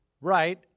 Right